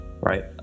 right